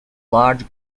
large